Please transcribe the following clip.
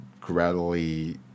gradually